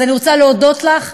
אז אני רוצה להודות לך,